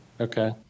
Okay